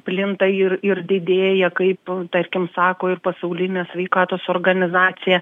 plinta ir ir didėja kaip tarkim sako ir pasaulinė sveikatos organizacija